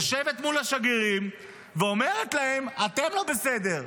יושבת מול השגרירים ואומרת להם: אתם לא בסדר,